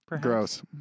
Gross